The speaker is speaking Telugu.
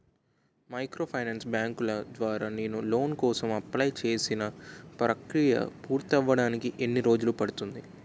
మైక్రోఫైనాన్స్ బ్యాంకుల ద్వారా నేను లోన్ కోసం అప్లయ్ చేసిన ప్రక్రియ పూర్తవడానికి ఎన్ని రోజులు పడుతుంది?